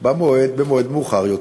במועד מאוחר יותר.